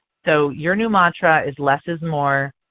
so your new mantra is less is more,